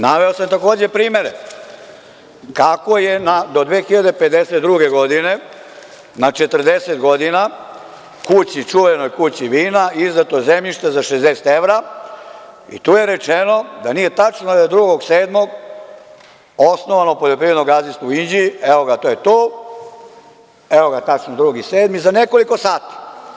Naveo sam takođe primere kako je 2052. godine na 40 godina čuvenoj „Kući vina“ izdato zemljište za 60 evra i tu je rečeno da nije tačno da je 2.7. osnovano poljoprivredno gazdinstvo u Inđiji, to je to, tačno 2.7, za nekoliko sati.